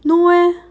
no eh